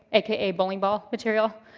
a k a. bowling ball material.